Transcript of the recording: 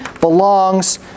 belongs